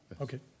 Okay